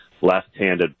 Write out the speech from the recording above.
left-handed